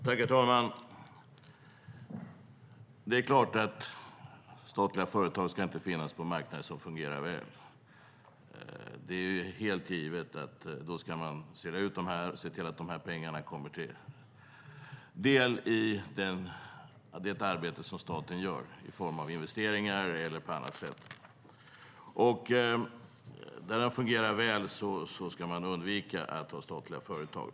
Herr talman! Det är klart att statliga företag inte ska finnas på marknader som fungerar väl. Det är helt givet att man då ska sälja ut dem och se till att pengarna kommer statens arbete till del i form av investeringar eller på annat sätt. När marknader fungerar väl ska man undvika att ha statliga företag.